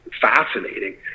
fascinating